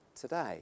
today